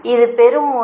இது பெறும் முனை